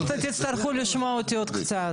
אתם תצטרכו לשמוע אותי עוד קצת.